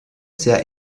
sehr